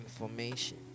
information